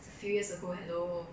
it's a few years ago hello